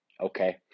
Okay